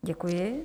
Děkuji.